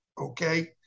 okay